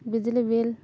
ᱵᱤᱡᱽᱞᱤ ᱵᱤᱞ